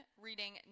reading